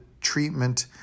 treatment